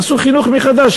עשו חינוך מחדש,